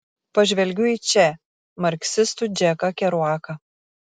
pažvelgiu į če marksistų džeką keruaką